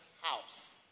house